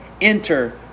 enter